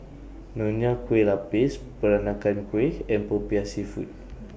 Nonya Kueh Lapis Peranakan Kueh and Popiah Seafood